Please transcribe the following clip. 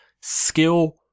Skill